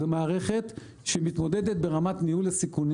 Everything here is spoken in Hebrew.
זה מערכת שמתמודדת ברמת ניהול הסיכונים